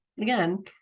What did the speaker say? again